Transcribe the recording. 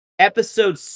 Episode